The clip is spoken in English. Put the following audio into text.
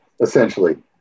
essentially